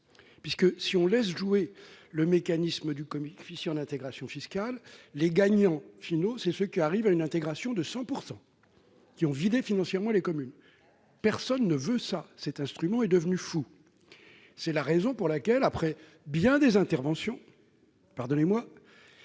effet, si on laisse jouer le mécanisme du coefficient d'intégration fiscale, les gagnants sont ceux qui arrivent à une intégration de 100 %, en vidant financièrement les communes. Personne ne veut cela, cet instrument est devenu fou ! C'est la raison pour laquelle, après bien des interventions, les